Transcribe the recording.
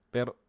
Pero